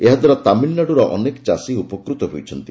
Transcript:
ଏହାଦ୍ୱାରା ତାମିଲନାଡ଼ୁର ଅନେକ ଚାଷୀ ଉପକୃତ ହୋଇଛନ୍ତି